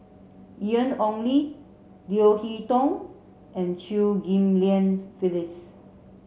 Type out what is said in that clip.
Ian Ong Li Leo Hee Tong and Chew Ghim Lian Phyllis